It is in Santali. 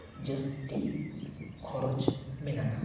ᱡᱟᱹᱥᱛᱤ ᱠᱷᱚᱨᱚᱪ ᱢᱮᱱᱟᱜᱼᱟ